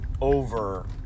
over